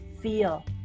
feel